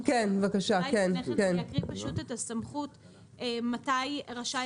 אולי לפני כן אני אקריא את הסמכות מתי רשאי